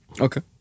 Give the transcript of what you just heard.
Okay